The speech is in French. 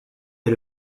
est